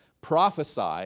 prophesy